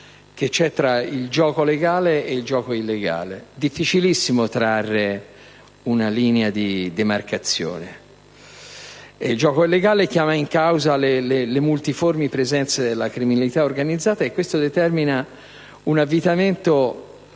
tra il gioco legale e quello illegale: è difficilissimo trarre una linea di demarcazione. Il gioco illegale chiama in causa le multiformi presenze della criminalità organizzata, e questo determina un avvitamento